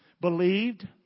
believed